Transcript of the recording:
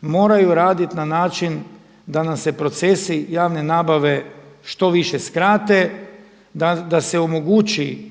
moraju raditi na način da nam se procesi javne nabave što više skrate, da se omogući